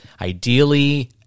ideally